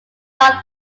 todd